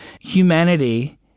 Humanity